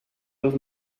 los